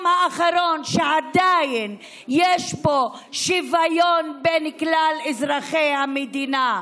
האחרון שעדיין יש בו שוויון בין כלל אזרחי המדינה.